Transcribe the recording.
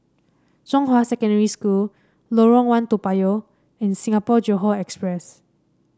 Zhonghua Secondary School Lorong One Toa Payoh and Singapore Johore Express